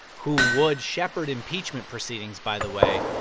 who would shepherd impeachment proceedings, by the way,